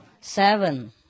Seven